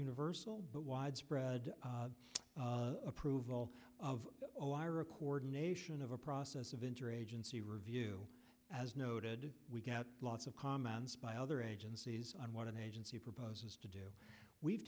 universal but widespread approval of coordination of a process of interagency review as noted we get lots of comments by other agencies on what an agency proposes to do we've